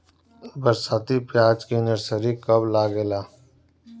बरसाती प्याज के नर्सरी कब लागेला?